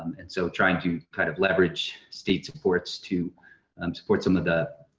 um and so trying to kind of leverage state supports to um support some of the